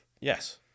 Yes